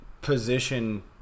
position